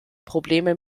probleme